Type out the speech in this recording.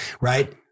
Right